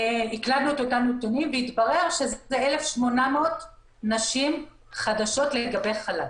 התברר שזה 1,800 נשים חדשות לגבי חל"ת.